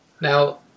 Now